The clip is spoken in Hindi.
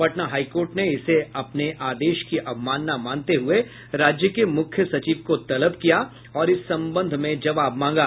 पटना हाई कोर्ट ने इसे अपने आदेश की अवमानना मानते हुये राज्य के मुख्य सचिव को तलब किया और इस संबंध में जवाब मांगा